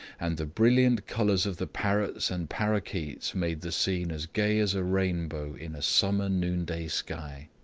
and the brilliant colours of the parrots and parrakeets made the scene as gay as a rainbow in a summer noonday sky.